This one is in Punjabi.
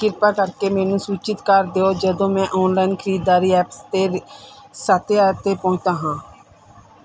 ਕਿਰਪਾ ਕਰਕੇ ਮੈਨੂੰ ਸੂਚਿਤ ਕਰ ਦਿਉ ਜਦੋਂ ਮੈਂ ਔਨਲਾਇਨ ਖਰੀਦਦਾਰੀ ਐਪਸ 'ਤੇ ਸੱਤ ਹਜ਼ਾਰ 'ਤੇ ਪਹੁੰਚਦਾ ਹਾਂ